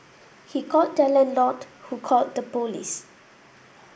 he called their landlord who called the police